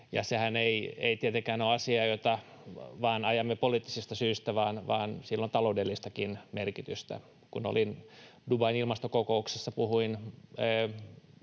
sehän ei tietenkään ole asia, jota ajamme vain poliittisista syistä, vaan sillä on taloudellistakin merkitystä. Kun olin Dubain ilmastokokouksessa, puhuin